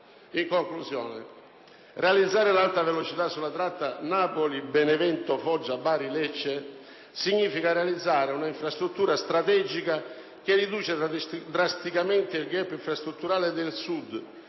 In conclusione, realizzare l'Alta velocità sulla tratta Napoli-Benevento-Foggia-Bari-Lecce significa realizzare un'infrastruttura strategica che riduce drasticamente il *gap* infrastrutturale del Sud,